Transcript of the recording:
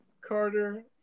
Carter